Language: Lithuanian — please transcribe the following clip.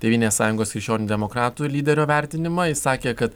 tėvynės sąjungos krikščionių demokratų lyderio vertinimą jis sakė kad